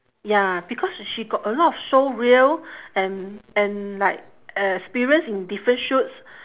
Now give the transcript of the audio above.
ya because sh~ she got a lot of showreel and and like uh experience in different shoots